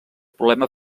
problema